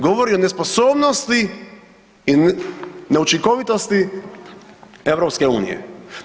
Govori o nesposobnosti i neučinkovitosti EU-a.